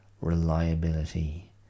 reliability